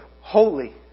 holy